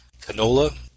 Canola